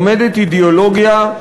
עומדת אידיאולוגיה,